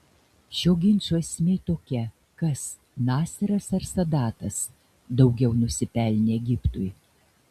šio ginčo esmė tokia kas naseras ar sadatas daugiau nusipelnė egiptui